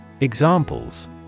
Examples